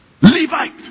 Levite